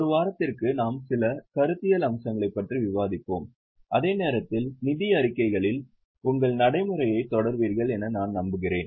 ஒரு வாரத்திற்கு நாம் சில கருத்தியல் அம்சங்களைப் பற்றி விவாதிப்போம் அதே நேரத்தில் நிதி அறிக்கைகளில் உங்கள் நடைமுறையைத் தொடருவீர்கள் என்று நான் நம்புகிறேன்